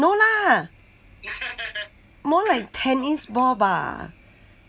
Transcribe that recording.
no lah more like tennis ball bah